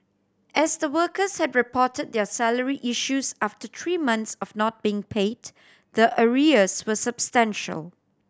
as the workers had reported their salary issues after three months of not being paid the arrears were substantial